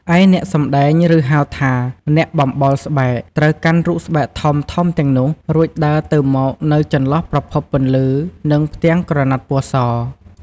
ឯអ្នកសម្តែង ឬហៅថា អ្នកបំបោលស្បែក ត្រូវកាន់រូបស្បែកធំៗទាំងនោះ រួចដើរទៅមកនៅចន្លោះប្រភពពន្លឺ និងផ្ទាំងក្រណាត់ពណ៌ស។